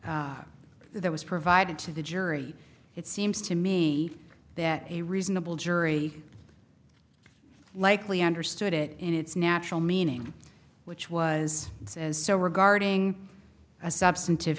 there was provided to the jury it seems to me that a reasonable jury likely understood it in its natural meaning which was as so regarding a substantive